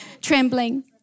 Trembling